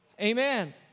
Amen